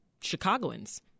Chicagoans